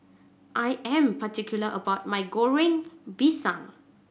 I am particular about my Goreng Pisang